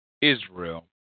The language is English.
Israel